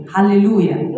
Hallelujah